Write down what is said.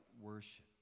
worship